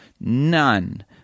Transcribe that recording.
none